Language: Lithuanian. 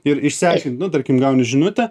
ir išsiaiškint nu tarkim gauni žinutę